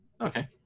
Okay